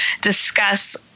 discuss